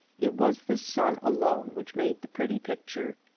it was the sun alone which made the pretty picture.